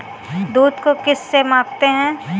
दूध को किस से मापते हैं?